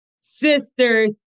sister's